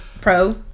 pro